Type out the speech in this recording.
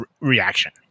reaction